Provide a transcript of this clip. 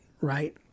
right